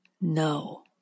no